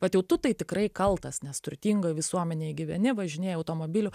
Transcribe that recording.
bet jau tu tai tikrai kaltas nes turtingoj visuomenėj gyveni važinėji automobiliu